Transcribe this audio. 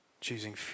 choosing